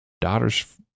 daughter's